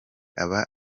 aba